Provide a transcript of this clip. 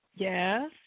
Yes